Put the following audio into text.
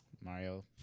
Mario